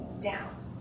down